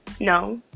no